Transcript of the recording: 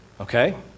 Okay